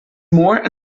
mór